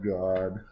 God